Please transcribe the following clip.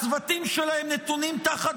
הצוותים שלהם נתונים תחת